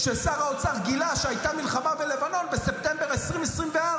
ששר האוצר גילה שהייתה מלחמה בלבנון בספטמבר 2024,